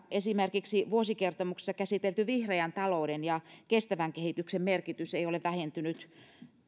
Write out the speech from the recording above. esimerkiksi vuosikertomuksessa käsitelty vihreän talouden ja kestävän kehityksen merkitys ei ole vähentynyt